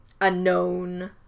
unknown